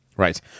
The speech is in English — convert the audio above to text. Right